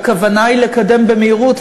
הכוונה היא לקדם במהירות,